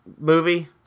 movie